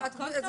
הכל טוב,